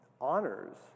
Honors